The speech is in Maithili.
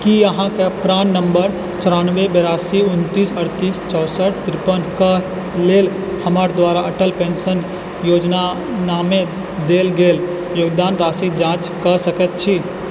की अहाँके प्राण नम्बर चौरानबे बेरासी उनतीस अड़तिस चौँसठि तिरपनके लेल हमर द्वारा अटल पेन्शन योजनामे देल गेल योगदान राशिके जाँच कऽ सकै छी